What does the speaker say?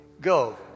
Go